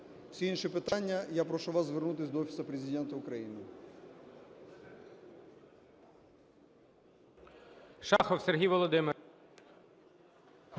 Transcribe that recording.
Всі інші питання, я прошу вас звернутися до Офісу Президента України.